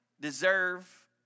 deserve